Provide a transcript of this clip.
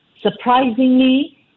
surprisingly